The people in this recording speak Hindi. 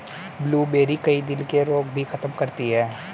ब्लूबेरी, कई दिल के रोग भी खत्म करती है